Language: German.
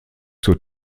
zur